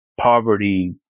poverty